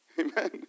Amen